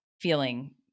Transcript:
feeling